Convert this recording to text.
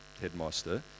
headmaster